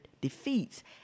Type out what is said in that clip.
defeats